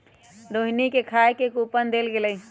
रोहिणी के खाए के कूपन देल गेलई